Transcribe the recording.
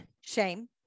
Shame